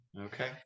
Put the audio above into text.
Okay